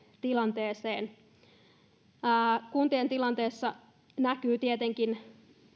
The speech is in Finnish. tilanteeseen niin kuntien tilanteessa näkyvät tietenkin